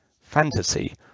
fantasy